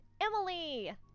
Emily